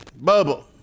bubble